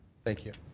thank you.